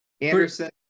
Anderson